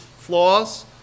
flaws